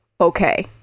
Okay